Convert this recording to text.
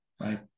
right